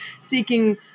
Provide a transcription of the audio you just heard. seeking